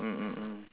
mm mm mm